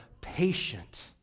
patient